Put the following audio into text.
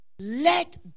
Let